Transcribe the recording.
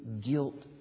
guilt